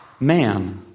man